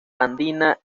andina